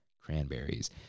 cranberries